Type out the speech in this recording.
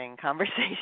conversation